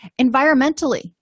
environmentally